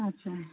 ଆଚ୍ଛା